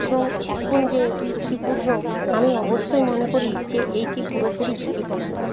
এবং এখন যে ঝুঁকিপূর্ণ আমি অবশ্যই মনে করি যে এইটি পুরোপুরি ঝুঁকিপূর্ণ